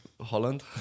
Holland